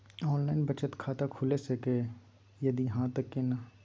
Online बचत खाता खुलै सकै इ, यदि हाँ त केना?